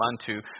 unto